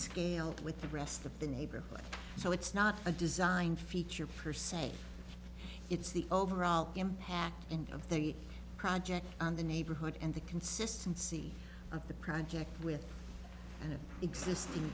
scale with the rest of the neighborhood so it's not a design feature for say it's the overall impact in of the project on the neighborhood and the consistency of the project with an existing